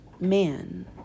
man